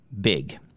big